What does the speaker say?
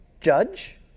judge